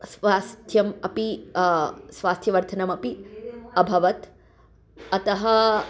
स्वास्थ्यम् अपि स्वास्थ्यवर्धनमपि अभवत् अतः